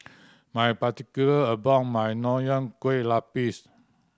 my particular about my Nonya Kueh Lapis